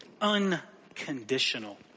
unconditional